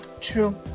True